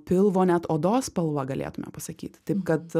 pilvo net odos spalva galėtume pasakytitaip kad